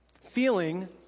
Feeling